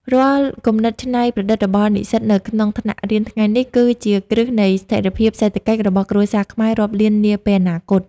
រាល់គំនិតច្នៃប្រឌិតរបស់និស្សិតនៅក្នុងថ្នាក់រៀនថ្ងៃនេះ គឺជាគ្រឹះនៃស្ថិរភាពសេដ្ឋកិច្ចរបស់គ្រួសារខ្មែររាប់លាននាពេលអនាគត។